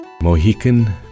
Mohican